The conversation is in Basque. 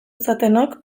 zatenok